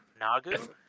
Nagu